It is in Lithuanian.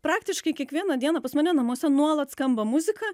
praktiškai kiekvieną dieną pas mane namuose nuolat skamba muzika